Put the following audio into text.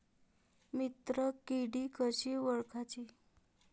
मित्र किडी कशी ओळखाची?